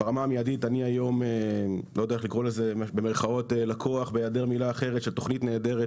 ברמה המיידית אני היום 'לקוח' של תכנית נהדרת